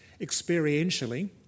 experientially